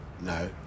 no